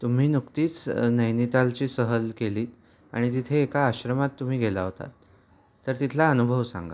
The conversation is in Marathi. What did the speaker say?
तुम्ही नुकतीच नैनितालची सहल केलीत आणि तिथे एका आश्रमात तुम्ही गेला होता तर तिथला अनुभव सांगा